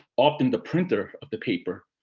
often the printer of the paper,